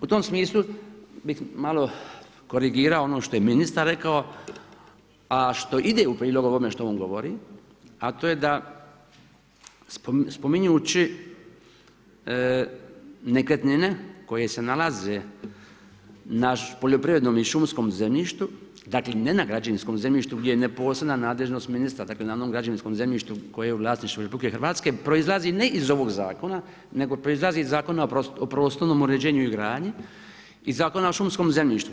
U tom smislu bih malo korigirao ono što je ministar rekao, a što ide u prilog ovome što on govori a to je da spominjući nekretnine koje se nalaze na poljoprivrednom i šumskom zemljištu, dakle ne na građevinskom zemljištu gdje ne postoji gdje ne postoji nadležnost ministra, dakle na ono građevinskom zemljištu koje je u vlasništvu RH proizlazi ne iz ovog zakona nego proizlazi iz Zakona o prostornom uređenju i gradnji i Zakona o šumskom zemljištu.